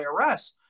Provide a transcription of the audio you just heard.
IRS